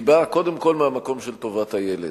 היא באה קודם כול מהמקום של טובת הילד,